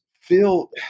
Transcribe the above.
Phil